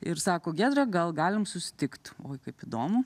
ir sako giedre gal galim susitikt oi kaip įdomu